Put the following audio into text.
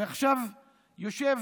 ועכשיו יושב